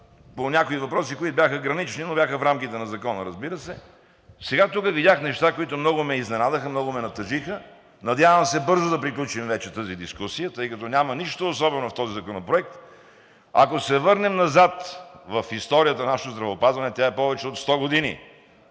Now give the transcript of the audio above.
които бяха гранични, но бяха в рамките на Закона, разбира се. Сега тук видях неща, които много ме изненадаха, много ме натъжиха. Надявам се бързо да приключим вече тази дискусия, тъй като няма нищо особено в този законопроект. Ако се върнем назад в историята на нашето здравеопазване, тя е повече от 100 години,